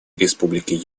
республики